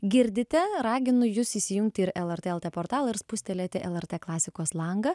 girdite raginu jus įsijungti ir lrt lt portalą ir spustelėti lrt klasikos langą